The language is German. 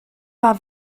war